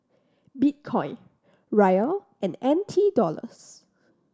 Bitcoin Riyal and N T Dollars